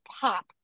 pop